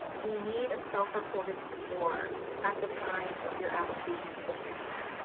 we need a self-reported score at the time of your application submission.